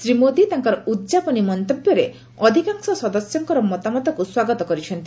ଶ୍ରୀ ମୋଦୀ ତାଙ୍କର ଉଦ୍ଯାପନୀ ମନ୍ତବ୍ୟରେ ଅଧିକାଂଶ ସଦସ୍ୟଙ୍କର ମତାମତକ୍ ସ୍ୱାଗତ କରିଛନ୍ତି